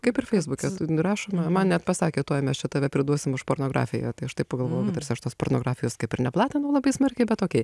kaip ir feisbuke rašoma man net pasakė tuoj mes čia tave priduosim už pornografiją tai aš taip pagalvojau aš tos pornografijos kaip ir neplatinau labai smarkiai bet okei